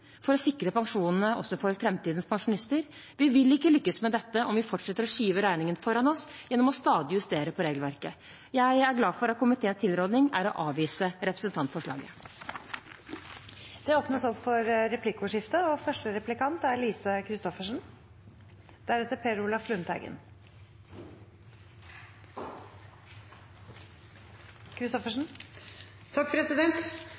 for å sikre pensjonene også for framtidens pensjonister. Vi vil ikke lykkes med dette om vi fortsetter å skyve regningen foran oss gjennom stadig å justere på regelverket. Jeg er glad for at komiteens tilråding er å avvise representantforslaget. Det blir replikkordskifte. Det vi hele tida hører i forbindelse med denne saken, er at folk taper på å jobbe lenger, og